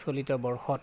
চলিত বৰ্ষত